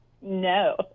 No